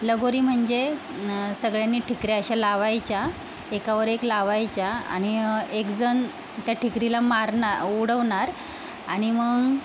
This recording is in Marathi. लगोरी म्हनजे न सगळ्यांनी ठिकऱ्या अशा लावायच्या एकावर एक लावायच्या आणि एकजण त्या ठिकरीला मारणार उडवणार आणि मग